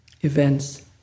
Events